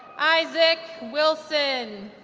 isaac wilson